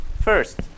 first